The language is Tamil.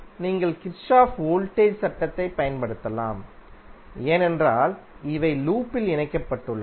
நீங்கள் கிர்ச்சோஃப்பின் வோல்டேஜ் சட்டத்தைப் பயன்படுத்தலாம் ஏனென்றால் இவை லூப்பில் இணைக்கப்பட்டுள்ளன